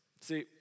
See